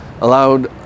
allowed